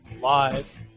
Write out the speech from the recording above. live